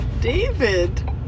David